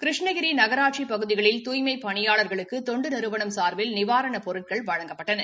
கிருஷ்ணகிரி நகராட்சிப் பகுதிகளில் தூய்மைப் பணியாளர்களுக்கு தொண்டு நிறுவனம் சார்பில் நிவாரணப் பொருட்கள் வழங்கப்பட்டன